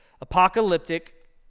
Apocalyptic